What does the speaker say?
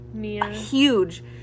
huge